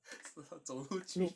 so 他走路去